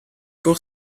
pour